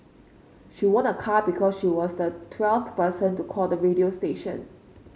she won a car because she was the twelfth person to call the radio station